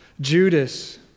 Judas